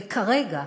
וכרגע,